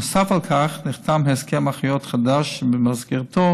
נוסף על כך נחתם הסכם אחיות חדש ובמסגרתו